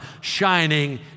shining